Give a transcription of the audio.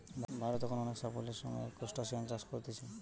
ভারত এখন অনেক সাফল্যের সাথে ক্রস্টাসিআন চাষ কোরছে